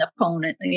opponent